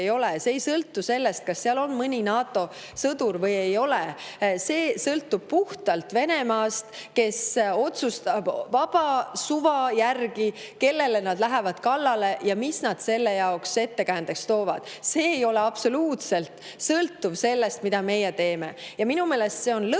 See ei sõltu sellest, kas seal on mõni NATO sõdur või ei ole. See sõltub puhtalt Venemaast, kes otsustab vaba suva järgi, kellele nad lähevad kallale ja mille nad selle jaoks ettekäändeks toovad. See ei sõltu absoluutselt sellest, mida meie teeme. Minu meelest see on lõks,